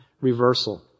reversal